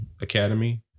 Academy